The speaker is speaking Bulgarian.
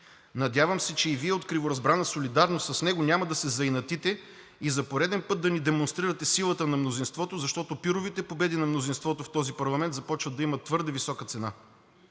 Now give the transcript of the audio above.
Надявам се, че и Вие от криворазбрана солидарност с него няма да се заинатите и за пореден път да ни демонстрирате силата на мнозинството, защото пировите победи на мнозинството в този парламент започват да имат твърде висока цена.